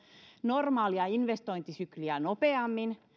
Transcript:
normaalia investointisykliä nopeammin